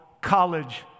college